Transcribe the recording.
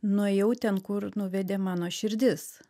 nuėjau ten kur nuvedė mano širdis